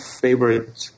favorite